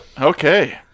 Okay